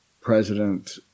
President